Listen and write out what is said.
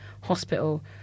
hospital